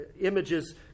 images